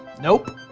nope.